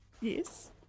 Yes